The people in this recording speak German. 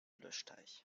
löschteich